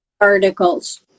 articles